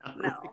No